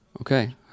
okay